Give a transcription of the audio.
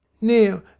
Now